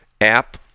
app